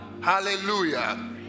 Hallelujah